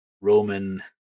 Roman